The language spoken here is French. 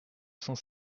cent